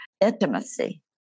intimacy